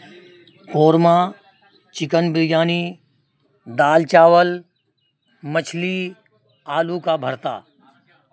korma chicken biryani دال چاول مچھلی آلو کا بھرتا